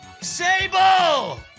Sable